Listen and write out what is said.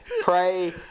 pray